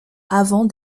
avant